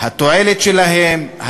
התועלת שלהם,